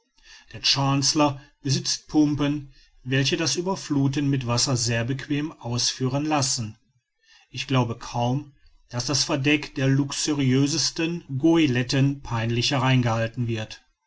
der chancellor besitzt pumpen welche das ueberfluthen mit wasser sehr bequem ausführen lassen ich glaube kaum daß das verdeck der luxuriösesten goletten peinlicher rein gehalten wird